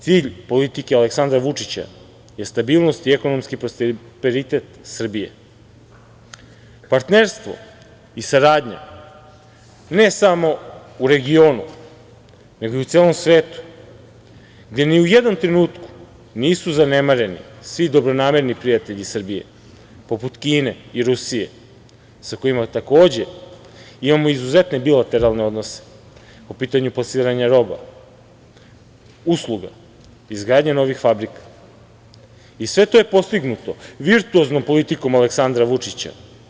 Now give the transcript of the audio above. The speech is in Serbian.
Cilj politike Aleksandra Vučića je stabilnost i ekonomski prosperitet Srbije, partnerstvo i saradnja ne samo u regionu, nego i u celom svetu, gde ni u jednom trenutku nisu zanemareni svi dobronamerni prijatelji Srbije, poput Kine i Rusije sa kojima takođe imamo izuzetne bilateralne odnose po pitanju plasiranja roba, usluga, izgradnje novih fabrika i sve to je postignuto virtuoznom politikom Aleksandra Vučića.